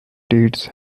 deeds